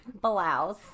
blouse